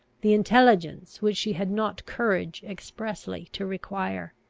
the intelligence which she had not courage expressly to require.